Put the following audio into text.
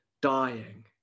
dying